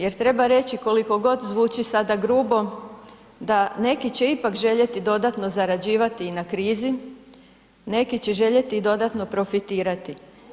Jer treba reći koliko god zvuči sada grubo da neki će ipak željeti dodatno zarađivati i na krizi, neki će željeti i dodatno profitirati.